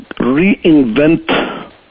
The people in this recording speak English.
reinvent